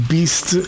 Beast